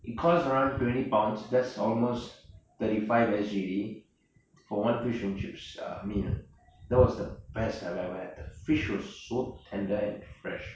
it costs around twenty pounds that's almost thirty five S_G_D for one fish and chips uh meals that was the best I've ever had the fish was so tender and fresh